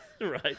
right